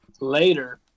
later